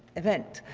event.